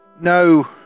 No